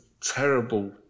terrible